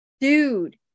Dude